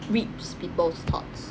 reads people's thoughts